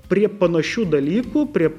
prie panašių dalykų prie